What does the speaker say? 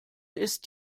ist